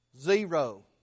Zero